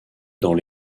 dans